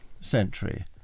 century